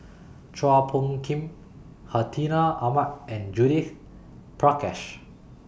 Chua Phung Kim Hartinah Ahmad and Judith Prakash